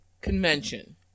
convention